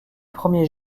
premiers